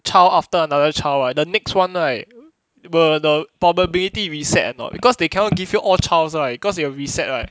child after another child right the next one right will the probability reset or not because they cannot give you all childs right cause it will reset right